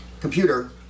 computer